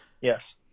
Yes